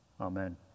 Amen